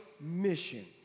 mission